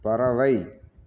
பறவை